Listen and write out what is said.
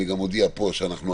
אני גם מודיע פה שהיום,